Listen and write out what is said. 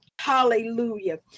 Hallelujah